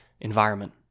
environment